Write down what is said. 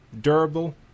Durable